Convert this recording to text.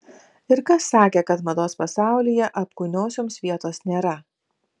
ir kas sakė kad mados pasaulyje apkūniosioms vietos nėra